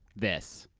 this.